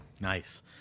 Nice